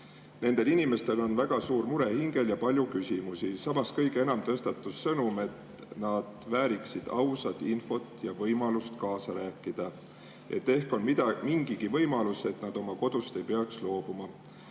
Nendel inimestel on väga suur mure hingel ja palju küsimusi. Samas, kõige enam tõstatus sõnum, et nad vääriksid ausat infot ja võimalust kaasa rääkida, et ehk on mingigi võimalus, et nad oma kodust ei peaks loobuma.